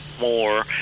more